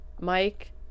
Mike